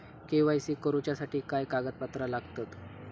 KYC करूच्यासाठी काय कागदपत्रा लागतत?